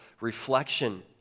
reflection